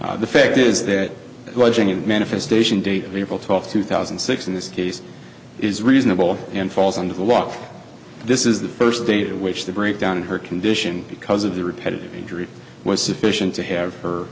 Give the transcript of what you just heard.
the fact is that manifestation day people talk two thousand and six in this case is reasonable and falls under the law this is the first data which the breakdown of her condition because of the repetitive injury was sufficient to have her